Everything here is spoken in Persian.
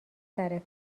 سرکار